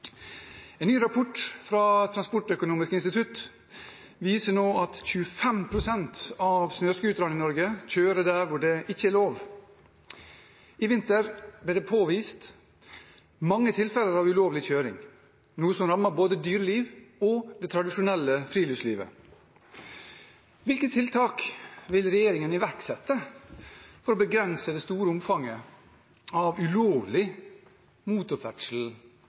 En ny rapport fra Transportøkonomisk institutt viser nå at 25 prosent av snøscooterne i Norge kjører der det ikke er lov. I vinter er det påvist mange tilfeller av ulovlig kjøring, noe som rammer både dyreliv og det tradisjonelle friluftslivet. Hvilke tiltak vil regjeringen iverksette for å begrense det store omfanget av ulovlig motorferdsel